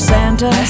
Santa